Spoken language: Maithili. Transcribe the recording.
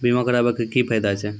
बीमा कराबै के की फायदा छै?